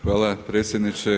Hvala predsjedniče.